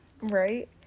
Right